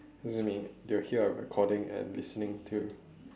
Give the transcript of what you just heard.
excuse me they will hear our recording and listening too